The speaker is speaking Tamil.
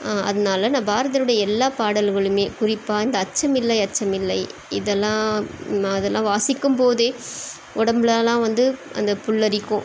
அதனால நான் பாரதியாருடைய எல்லா பாடல்களுமே குறிப்பாக இந்த அச்சமில்லை அச்சமில்லை இதெல்லாம் நான் இதெல்லாம் வாசிக்கும்போது உடம்பெலலாம் வந்து அந்த புல்லரிக்கும்